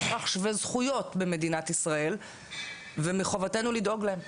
הוא אזרח שווה זכויות במדינת ישראל ומחובתנו לדאוג להם,